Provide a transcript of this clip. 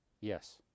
yes